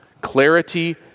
Clarity